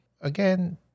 Again